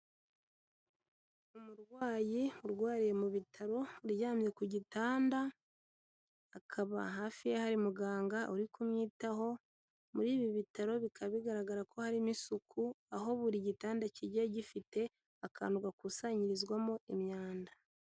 Umurwayi urwariye mu bitaro uryamye ku gitanda akaba hafi hari muganga uri kumwitaho, muri ibi bitaro bikaba bigaragara ko harimo isuku aho buri gitanda kigiye gifite akantu gakusanyirizwamo imyanda.